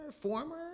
former